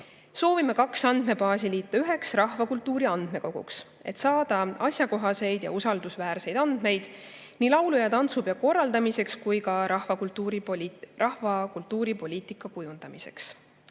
Soovime kaks andmebaasi liita üheks rahvakultuuri andmekoguks, et saada asjakohaseid ja usaldusväärseid andmeid nii laulu- ja tantsupeo korraldamiseks kui ka rahvakultuuri poliitika kujundamiseks.